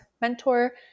mentor